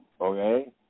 okay